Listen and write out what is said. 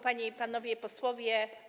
Panie i Panowie Posłowie!